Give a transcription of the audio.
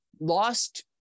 lost